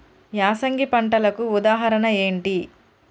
యాసంగి పంటలకు ఉదాహరణ ఏంటి?